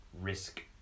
risk